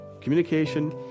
Communication